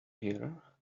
here